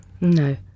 No